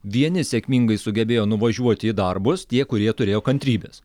vieni sėkmingai sugebėjo nuvažiuoti į darbus tie kurie turėjo kantrybės